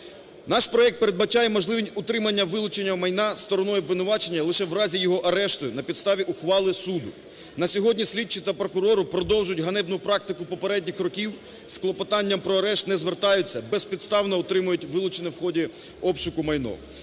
Наш проект передбачає можливість утримання вилучення майна стороною обвинувачення лише в разі його арешту на підставі ухвали суду. На сьогодні слідчі та прокурори продовжують ганебну практику попередніх років, з клопотанням про арешт не звертаються, безпідставно утримують вилучене в ході обшуку майно.